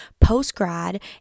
post-grad